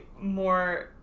more